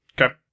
Okay